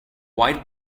white